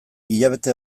hilabete